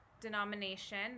denomination